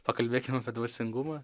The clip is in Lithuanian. pakalbėkim apie dvasingumą